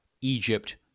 Egypt